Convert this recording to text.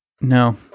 No